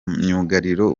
myugariro